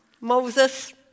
Moses